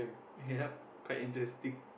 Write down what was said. yup quite interesting